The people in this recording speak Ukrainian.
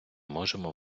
можемо